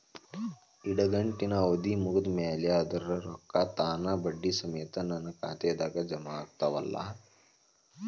ಇಡಗಂಟಿನ್ ಅವಧಿ ಮುಗದ್ ಮ್ಯಾಲೆ ಅದರ ರೊಕ್ಕಾ ತಾನ ಬಡ್ಡಿ ಸಮೇತ ನನ್ನ ಖಾತೆದಾಗ್ ಜಮಾ ಆಗ್ತಾವ್ ಅಲಾ?